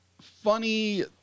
funny